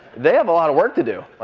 they have a lot of work to do.